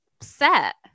set